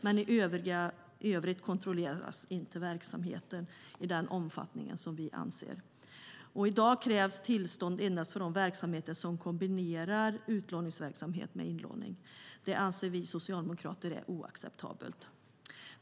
Men i övrigt kontrolleras inte verksamheten i den omfattning som vi anser behöver ske. I dag krävs tillstånd endast för de verksamheter som kombinerar utlåningsverksamhet med inlåning. Det anser vi socialdemokrater är oacceptabelt.